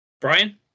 Brian